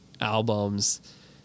albums